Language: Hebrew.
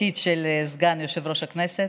לתפקיד של סגן יושב-ראש הכנסת.